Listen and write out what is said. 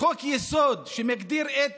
חוק-יסוד שמגדיר את